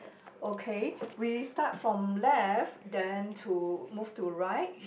okay we start from left then to move to right